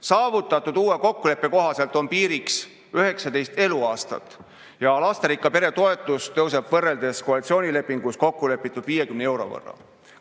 Saavutatud uue kokkuleppe kohaselt on piiriks 19 eluaastat ja lasterikka pere toetus tõuseb võrreldes koalitsioonilepingus kokkulepituga 50 euro võrra.